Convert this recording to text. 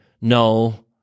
no